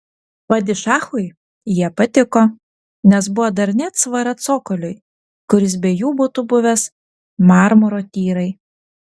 padišachui jie patiko nes buvo darni atsvara cokoliui kuris be jų būtų buvęs marmuro tyrai